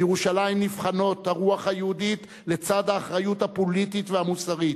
בירושלים נבחנות הרוח היהודית לצד האחריות הפוליטית והמוסרית.